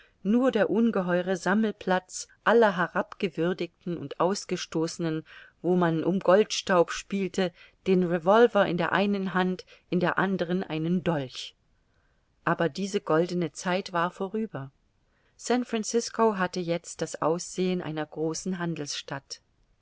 nur der ungeheure sammelplatz aller herabgewürdigten und ausgestoßenen wo man um goldstaub spielte den revolver in der einen hand in der anderen einen dolch aber diese goldene zeit war vorüber san francisco hatte jetzt das aussehen einer großen handelsstadt